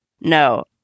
No